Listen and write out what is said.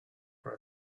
for